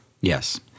Yes